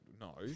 No